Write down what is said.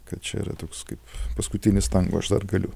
kad čia yra toks kaip paskutinis tango aš dar galiu